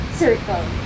circle